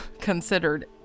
considered